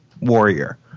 warrior